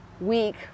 week